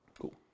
Cool